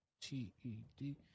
T-E-D